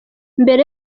mbere